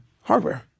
hardware